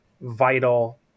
vital